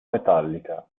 metallica